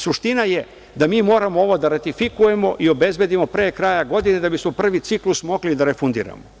Suština je da mi moramo ovo da ratifikujemo i obezbedimo pre kraja godine, da bismo prvi ciklus mogli da refundiramo.